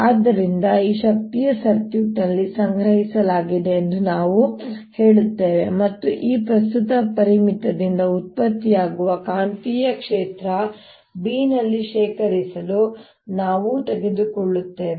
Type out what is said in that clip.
ಆದ್ದರಿಂದ ಈ ಶಕ್ತಿಯನ್ನು ಸರ್ಕ್ಯೂಟ್ನಲ್ಲಿ ಸಂಗ್ರಹಿಸಲಾಗಿದೆ ಎಂದು ನಾವು ಹೇಳುತ್ತೇವೆ ಮತ್ತು ಈ ಪ್ರಸ್ತುತ ಪರಿಮಿತದಿಂದ ಉತ್ಪತ್ತಿಯಾಗುವ ಕಾಂತೀಯ ಕ್ಷೇತ್ರ B ನಲ್ಲಿ ಶೇಖರಿಸಿಡಲು ನಾವು ತೆಗೆದುಕೊಳ್ಳುತ್ತೇವೆ